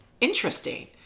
interesting